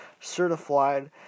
certified